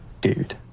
Dude